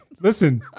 Listen